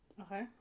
Okay